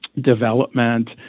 development